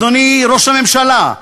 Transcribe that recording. אדוני ראש הממשלה,